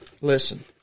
Listen